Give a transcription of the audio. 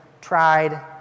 tried